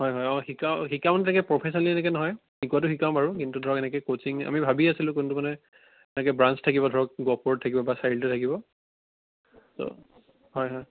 হয় হয় অ' শিকাও শিকাও প্ৰফেচনেলি এনেকৈ নহয় শিকোৱাটো শিকাও বাৰু কিন্তু ধৰক এনেকৈ ক'চিং আমি ভাবি আছিলো কিন্তু মানে এনেকৈ ব্ৰান্স থাকিব ধৰক গহপুৰত থাকিব বা চাৰিআলিতো থাকিব চ' হয় হয়